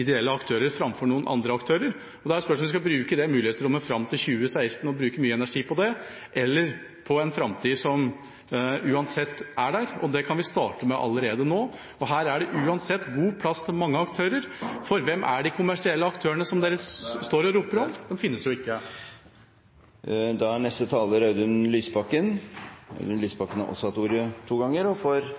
ideelle aktører framfor andre aktører. Da er spørsmålet om vi skal bruke det mulighetsrommet fram til 2016, og bruke mye energi på det – eller på en framtid som uansett er der, og det kan vi starte med allerede nå. Her er det uansett god plass til mange aktører, for hvem er de kommersielle aktørene som bare dukker opp? De finnes jo ikke. Representanten Audun Lysbakken har hatt ordet to ganger og får